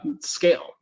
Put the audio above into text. scale